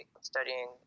studying